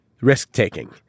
Risk-taking